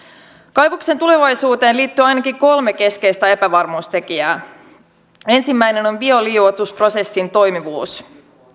kaivoksen tulevaisuuteen liittyy ainakin kolme keskeistä epävarmuustekijää ensimmäinen on bioliuotusprosessin toimivuus